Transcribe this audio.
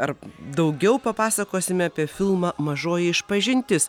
ar daugiau papasakosime apie filmą mažoji išpažintis